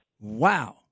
Wow